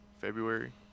February